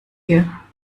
hier